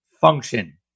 function